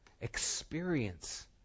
experience